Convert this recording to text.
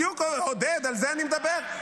בדיוק, עודד, על זה אני מדבר.